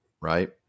right